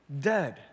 dead